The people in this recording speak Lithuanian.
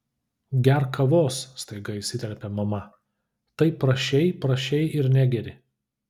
gerk kavos staiga įsiterpė mama taip prašei prašei ir negeri